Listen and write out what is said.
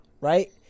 Right